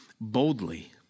boldly